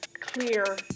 clear